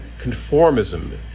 conformism